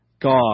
God